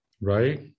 right